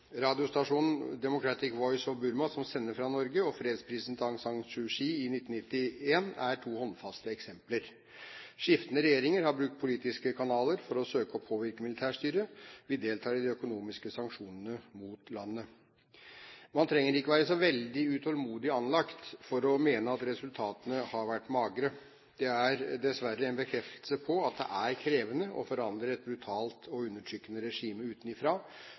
Radiostasjonen Democratic Voice of Burma, som sender fra Norge, og fredsprisen til Aung San Suu Kyi i 1991 er to håndfaste eksempler. Skiftende regjeringer har brukt politiske kanaler for å søke å påvirke militærstyret. Vi deltar i de økonomiske sanksjonene mot landet. Man trenger ikke være så veldig utålmodig anlagt for å mene at resultatene har vært magre. Det er dessverre en bekreftelse på at det er krevende å forandre et brutalt og undertrykkende regime utenfra,